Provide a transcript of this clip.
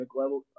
level